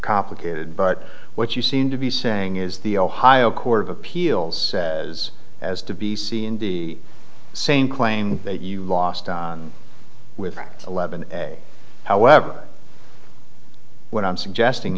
complicated but what you seem to be saying is the ohio court of appeals says has to be seeing the same claim that you lost with eleven however what i'm suggesting